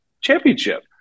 championship